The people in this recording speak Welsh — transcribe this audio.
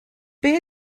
beth